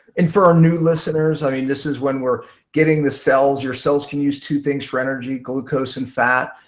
and for our new listeners, i mean this is when we're getting the cells your cells can use two things for energy, glucose and fat.